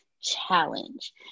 challenge